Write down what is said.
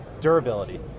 durability